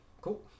cool